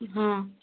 हाँ